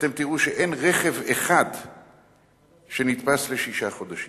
אתם תראו שאין רכב אחד שנתפס לשישה חודשים.